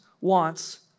wants